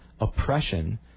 oppression